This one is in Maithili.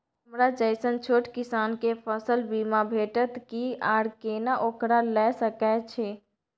हमरा जैसन छोट किसान के फसल बीमा भेटत कि आर केना ओकरा लैय सकैय छि?